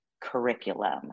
curriculum